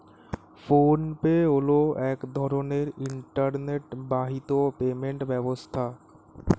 phone pay হলো এক ধরনের ইন্টারনেট বাহিত পেমেন্ট ব্যবস্থা